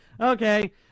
okay